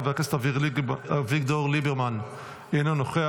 חבר הכנסת יואב סגלוביץ' אינו נוכח,